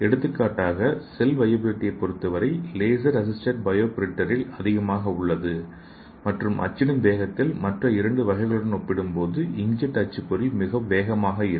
எடுத்துக்காட்டாக செல் வையபிலிட்டியை பொறுத்தவரை லேசர் அசிஸ்டட் பயோ பிரிண்டரில் அதிகமாக உள்ளது மற்றும் அச்சிடும் வேகத்தில் மற்ற இரண்டு வகைகளுடன் ஒப்பிடும்போது இன்க்ஜெட் அச்சுப்பொறி மிக வேகமாக இருக்கும்